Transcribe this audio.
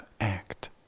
act